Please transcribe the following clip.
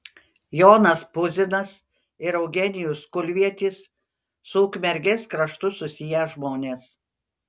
jonas puzinas ir eugenijus kulvietis su ukmergės kraštu susiję žmonės